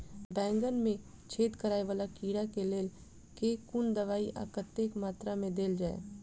बैंगन मे छेद कराए वला कीड़ा केँ लेल केँ कुन दवाई आ कतेक मात्रा मे देल जाए?